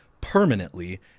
permanently